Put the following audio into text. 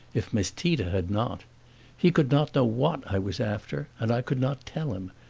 if miss tita had not he could not know what i was after and i could not tell him,